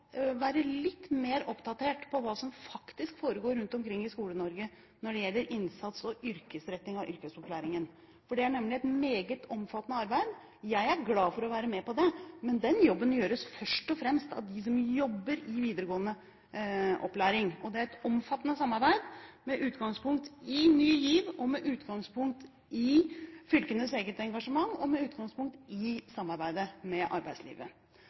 være litt mer oppdatert på hva som faktisk foregår rundt omkring i Skole-Norge når det gjelder innsats og yrkesretting av yrkesopplæringen. Det er nemlig et meget omfattende arbeid. Jeg er glad for å være med på det, men den jobben gjøres først og fremst av dem som jobber i videregående opplæring. Det er et omfattende samarbeid, med utgangspunkt i Ny GIV, i fylkenes eget engasjement og i samarbeid med arbeidslivet. Vi har inngått en avtale med